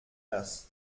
das